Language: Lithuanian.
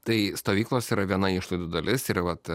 tai stovyklos yra gana išlaidų dalis yra vat